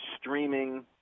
streaming